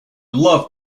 loved